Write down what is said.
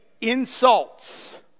insults